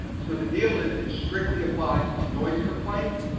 so the deal is it strictly applies to noise complaints,